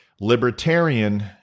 Libertarian